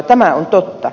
tämä on totta